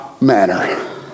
manner